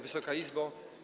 Wysoka Izbo!